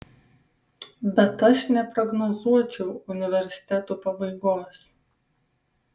bet aš neprognozuočiau universitetų pabaigos